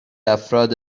افراد